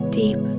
deep